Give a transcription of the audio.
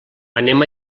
anem